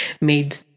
made